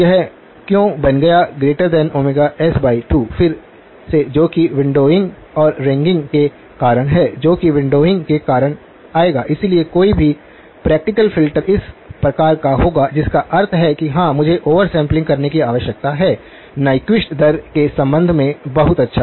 यह क्यों बन गया s2 फिर से जो कि विण्डोविंग और रिंगिंग के कारण है जो कि विण्डोविंग के कारण आएगा इसलिए कोई भी प्रैक्टिकल फ़िल्टर इस प्रकार का होगा जिसका अर्थ है कि हां मुझे ओवर सैंपलिंग करने की आवश्यकता है न्यक्विस्ट दर के संबंध में बहुत अच्छा